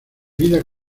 vida